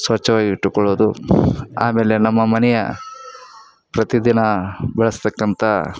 ಸ್ವಚ್ಛವಾಗಿಟ್ಟುಕೊಳ್ಳೋದು ಆಮೇಲೆ ನಮ್ಮ ಮನೆಯ ಪ್ರತಿದಿನ ಬಳಸತಕ್ಕಂಥ